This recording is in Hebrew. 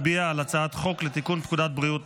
אני קובע כי הצעת חוק לתיקון פקודת בריאות